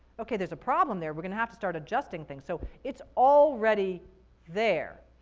okay, there's a problem there. we're going to have to start adjusting things. so it's already there.